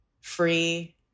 free